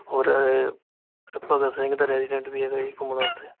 ਹੋਰ ਭਗਤ ਸਿੰਘ ਦਾ ਰੈਜੀਡੈਂਟ ਵੀ ਹੈਗਾ ਜੀ ਘੁੰਮਣ ਵਾਸਤੇ